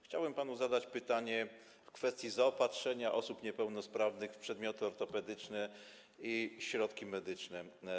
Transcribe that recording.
Chciałbym zadać panu pytanie w kwestii zaopatrzenia osób niepełnosprawnych w przedmioty ortopedyczne i środki medyczne.